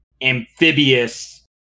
amphibious